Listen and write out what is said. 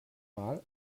mal